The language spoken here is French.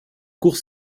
cours